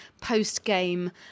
post-game